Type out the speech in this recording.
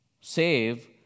save